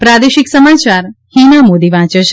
પ્રાદેશિક સમાચાર હીના મોદી વાંચે છે